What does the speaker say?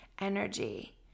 energy